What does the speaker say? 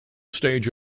stage